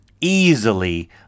Easily